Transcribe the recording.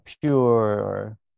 pure